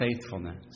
faithfulness